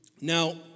Now